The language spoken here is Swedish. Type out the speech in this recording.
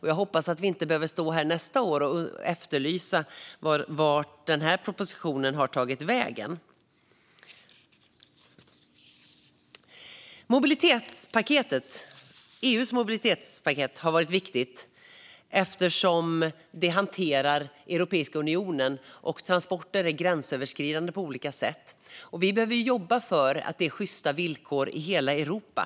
Jag hoppas att vi inte behöver stå här nästa år och undra vart denna proposition har tagit vägen. EU:s mobilitetspaket har varit viktigt eftersom det hanterar Europeiska unionen och eftersom transporter är gränsöverskridande på olika sätt. Vi behöver jobba för att det ska vara sjysta villkor i hela Europa.